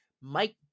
Mike